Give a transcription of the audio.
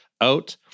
out